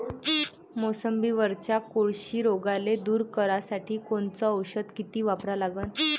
मोसंबीवरच्या कोळशी रोगाले दूर करासाठी कोनचं औषध किती वापरा लागन?